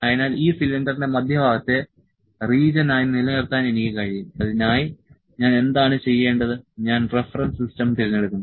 അതിനാൽ ഈ സിലിണ്ടറിന്റെ മധ്യഭാഗത്തെ റീജിയൻ ആയി നിലനിർത്താൻ എനിക്ക് കഴിയും അതിനായി ഞാൻ എന്താണ് ചെയ്യേണ്ടത് ഞാൻ റഫറൻസ് സിസ്റ്റം തിരഞ്ഞെടുക്കുന്നു